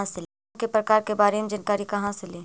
Loan के प्रकार के बारे मे जानकारी कहा से ले?